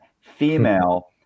female